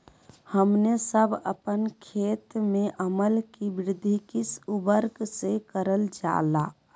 हमने सब अपन खेत में अम्ल कि वृद्धि किस उर्वरक से करलजाला?